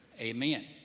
Amen